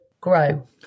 grow